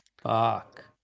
fuck